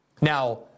Now